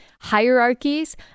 hierarchies